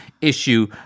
issue